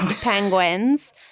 penguins